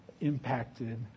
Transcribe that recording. impacted